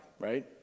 right